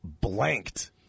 blanked